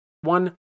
one